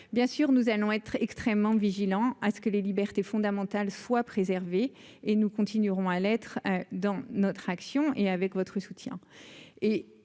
bien sûr, nous allons être extrêmement vigilant à ce que les libertés fondamentales soient préservé et nous continuerons à l'être dans notre action et avec votre soutien